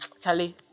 Charlie